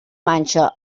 manxa